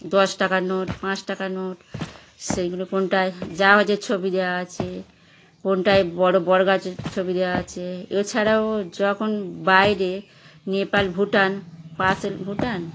দশ টাকার নোট পাঁচ টাকার নোট সেগুলো কোনোটায় জাহাজের ছবি দেওয়া আছে কোনোটায় বড় বট গাছের ছবি দেওয়া আছে এছাড়াও যখন বাইরে নেপাল ভুটান পাশে তো ভুটান